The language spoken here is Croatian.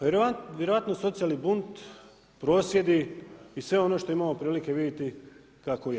Vjerojatno socijalni bunt, prosvjedi i sve ono što imamo prilike vidjeti kako je.